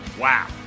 Wow